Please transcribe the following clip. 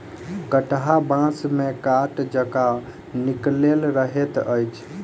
कंटहा बाँस मे काँट जकाँ निकलल रहैत अछि